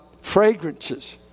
fragrances